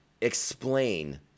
explain